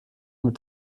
mit